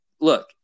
look